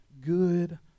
good